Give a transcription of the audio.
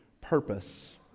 purpose